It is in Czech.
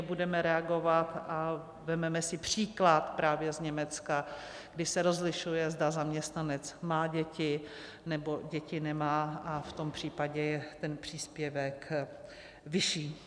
Budeme reagovat a vezmeme si příklad právě z Německa, kde se rozlišuje, zda zaměstnanec má děti, nebo děti nemá, a v tom případě je ten příspěvek vyšší.